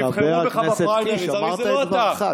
חבר הכנסת קיש, אמרת את דברך.